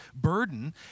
burden